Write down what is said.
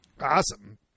Awesome